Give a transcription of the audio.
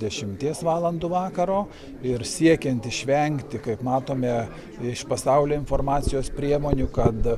dešimties valandų vakaro ir siekiant išvengti kaip matome iš pasaulio informacijos priemonių kad